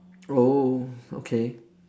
oh okay